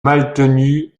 maltenu